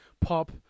pop